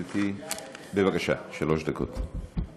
גברתי, בבקשה, שלוש דקות.